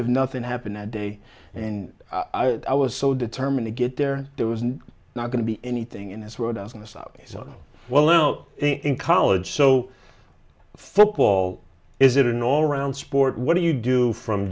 if nothing happened that day and i was so determined to get there there was not going to be anything in this world as an aside so well in college so football is it an all around sport what do you do from